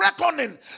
reckoning